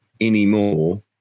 anymore